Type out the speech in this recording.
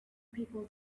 people